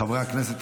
חברי הכנסת,